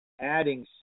adding